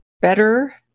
better